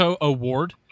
Award